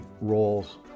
roles